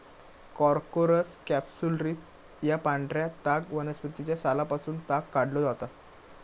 Corchorus capsularis या पांढऱ्या ताग वनस्पतीच्या सालापासून ताग काढलो जाता